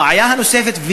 הבעיה הנוספת,